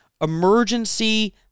emergency